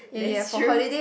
that's true